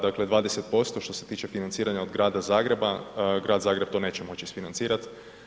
Dakle, 20% što se tiče financiranja od Grada Zagreba, Grad Zagreb to neće moći isfinancirati.